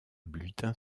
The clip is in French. bulletin